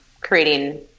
creating